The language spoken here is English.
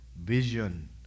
vision